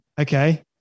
okay